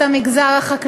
הוא פטור ומתן רשות